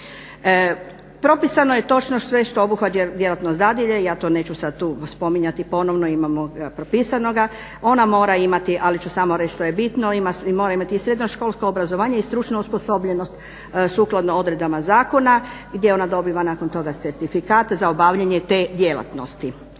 Propisano je točno sve što obuhvaća djelatnost dadilje, ja to neću sad tu spominjati ponovno. Imamo ga propisanoga. Ona mora imati, ali ću samo reći što je bitno, mora imati srednjoškolsko obrazovanje i stručnu osposobljenost sukladno odredbama zakona gdje ona dobiva nakon toga certifikat za obavljanje te djelatnosti.